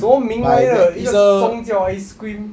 什么名来的一个 song 叫 ice cream